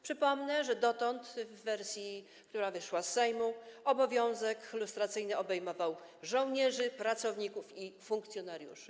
Przypomnę, że dotąd w wersji, która wyszła z Sejmu, obowiązek lustracyjny obejmował żołnierzy, pracowników i funkcjonariuszy.